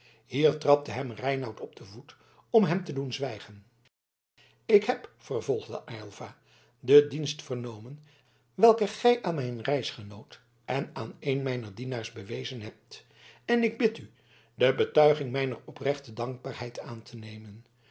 hier trapte hem reinout op den voet om hem te doen zwijgen ik heb vervolgde aylva den dienst vernomen welken gij aan mijn reisgenoot en aan een mijner dienaars bewezen hebt en ik bid u de betuiging mijner oprechte dankbaarheid aan te nemen